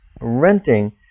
renting